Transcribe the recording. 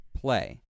play